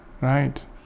Right